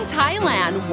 Thailand